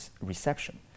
reception